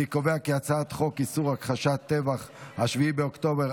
אני קובע כי הצעת חוק איסור הכחשת טבח 7 באוקטובר,